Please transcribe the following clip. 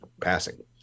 passing